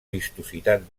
vistositat